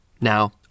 Now